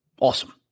Awesome